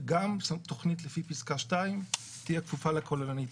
וגם תכנית לפי פסקה (2) תהיה כפופה לכוללנית,